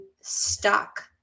stuck